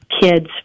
kids